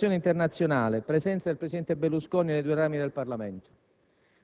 sviluppi della situazione internazionale: presenza del presidente Berlusconi nei due rami del Parlamento;